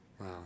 Wow